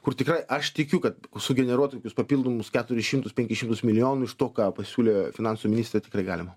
kur tikrai aš tikiu kad sugeneruotų kokius papildomus keturis šimtus penkis šimtus milijonų iš to ką pasiūlė finansų ministrė tikrai galima